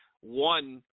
one